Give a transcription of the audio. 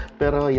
pero